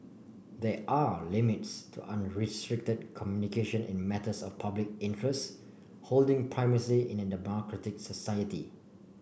there are limits to unrestricted communication in matters of public interest holding primacy in a democratic society